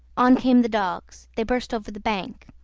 on came the dogs they burst over the bank,